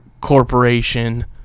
corporation